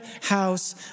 house